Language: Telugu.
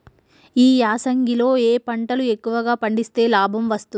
ఈ యాసంగి లో ఏ పంటలు ఎక్కువగా పండిస్తే లాభం వస్తుంది?